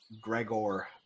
Gregor